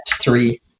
three